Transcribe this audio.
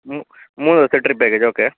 മൂന്നു മൂന്നു ദിവസത്തെ ട്രിപ്പ് പാക്കേജ് ഓക്കെ